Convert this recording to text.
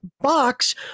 box